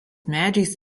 medžiais